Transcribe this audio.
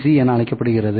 C என அழைக்கப்படுகிறது